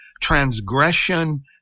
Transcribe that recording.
transgression